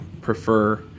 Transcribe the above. prefer